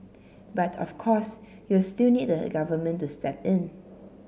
but of course you'll still need the Government to step in